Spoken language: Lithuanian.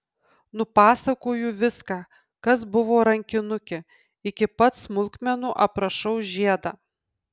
nupasakoju viską kas buvo rankinuke iki pat smulkmenų aprašau žiedą